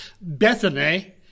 Bethany